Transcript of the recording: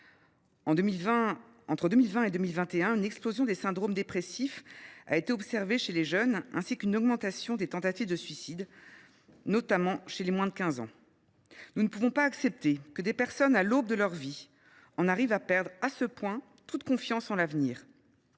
Entre 2020 et 2021, une explosion des syndromes dépressifs a été observée chez les jeunes, ainsi qu’une augmentation du nombre des tentatives de suicide, notamment chez les moins de 15 ans. Nous ne pouvons pas accepter que des personnes à l’aube de leur vie en arrivent à perdre, à ce point, toute confiance en l’avenir.